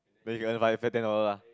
then you go and buy five ten dollar lah